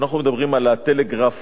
כשאנחנו מדברים על הטלגרף